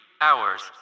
hours